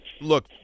look